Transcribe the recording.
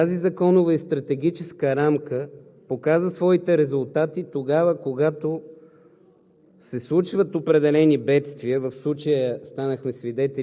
Ние от ГЕРБ смятаме, че тази законова и стратегическа рамка показа своите резултати тогава, когато